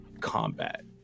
combat